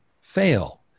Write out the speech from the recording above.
fail